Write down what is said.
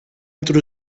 entre